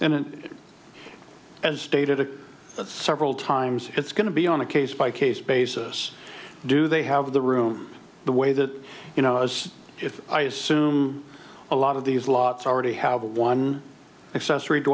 and an as stated it several times it's going to be on a case by case basis do they have the room the way that you know as if i assume a lot of these lots already have one access